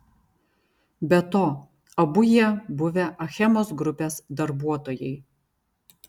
be to abu jie buvę achemos grupės darbuotojai